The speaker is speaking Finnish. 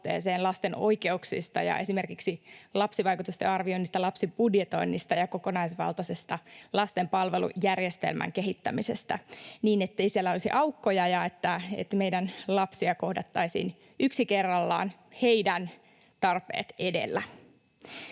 lasten oikeuksista ja esimerkiksi lapsivaikutusten arvioinnista, lapsibudjetoinnista ja kokonaisvaltaisesta lasten palvelujärjestelmän kehittämisestä niin, ettei siellä olisi aukkoja ja että meidän lapsiamme kohdattaisiin yksi kerrallaan heidän tarpeensa edellä.